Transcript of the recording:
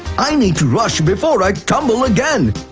i need to rush before i tumble again.